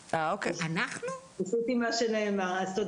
ההגנה, אני רוצה להגיד